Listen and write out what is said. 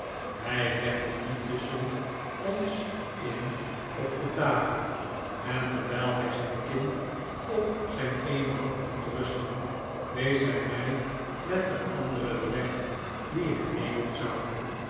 hij legde die tusschen ons in op de tafel en terwijl hij zijn kin op zijn eene hand liet rusten wees hij mij met de andere den weg dien hij nemen zou